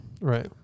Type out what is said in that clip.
Right